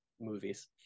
movies